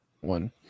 one